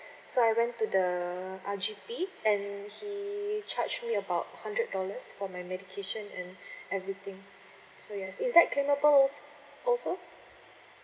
so I went to the uh G_P and he charged me about hundred dollars for my medication and everything so yes is that claimable also